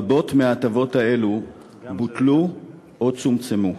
רבות מההטבות האלה בוטלו או צומצמו.